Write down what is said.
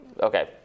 okay